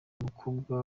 umukobwa